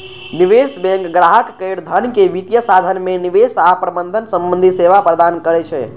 निवेश बैंक ग्राहक केर धन के वित्तीय साधन मे निवेश आ प्रबंधन संबंधी सेवा प्रदान करै छै